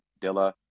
Dilla